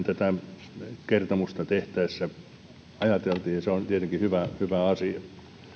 tätä kertomusta tehtäessä ajateltiin se on tietenkin hyvä asia